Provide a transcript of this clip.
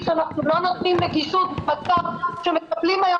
שאנחנו לא נותנים נגישות --- שמטפלים היום